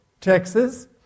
Texas